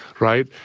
right.